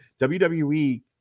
WWE